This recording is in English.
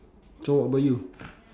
so what about you